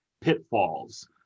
pitfalls